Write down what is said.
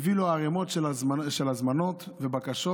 היה מביא לו ערימות של הזמנות ובקשות